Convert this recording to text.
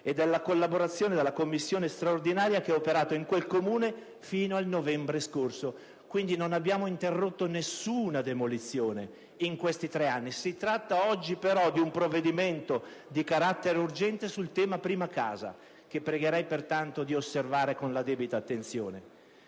ed alla collaborazione della Commissione straordinaria che ha operato in quel Comune fino al novembre scorso». Non abbiamo quindi interrotto nessuna demolizione in questi tre anni. Si tratta però oggi di un provvedimento di carattere urgente sul tema della prima casa, al quale pregherei pertanto di riservare la debita attenzione.